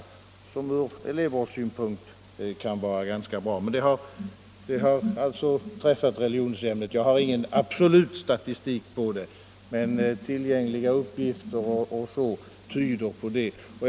Det kan ur elevvårdssynpunkt vara ganska bra, men det har alltså pressat religionsämnet. Jag har ingen absolut statistik på det. men tillgängliga uppgifter tyder på att det förhåller sig på det här sättet.